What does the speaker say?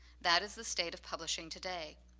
that is the state of publishing today.